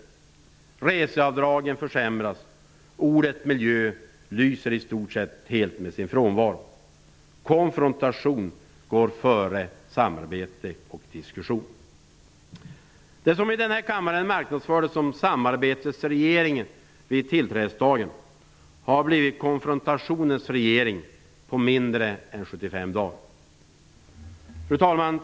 Reseavdragen försämras. Ordet miljö lyser i stort sett helt med sin frånvaro. Konfrontation går före samarbete och diskussion. Det som i denna kammare marknadsfördes som "samarbetets regering" vid tillträdesdagen har blivit konfrontationens regering på mindre än 75 dagar. Fru talman!